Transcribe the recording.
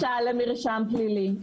אין מרשם פלילי.